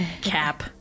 Cap